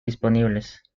disponibles